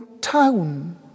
town